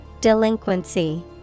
Delinquency